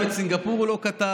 גם את סינגפור הוא לא כתב.